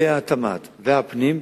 משרד התמ"ת ומשרד הפנים,